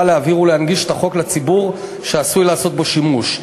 להעביר ולהנגיש את החוק לציבור שעשוי לעשות בו שימוש.